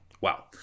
Wow